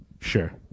Sure